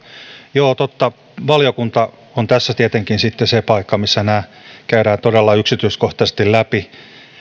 joo totta valiokunta on tässä tietenkin sitten se paikka missä nämä käydään todella yksityiskohtaisesti läpi